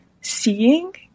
seeing